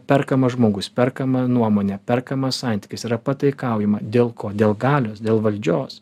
perkamas žmogus perkama nuomonė perkamas santykis yra pataikaujama dėl ko dėl galios dėl valdžios